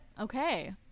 okay